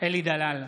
אלי דלל,